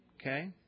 Okay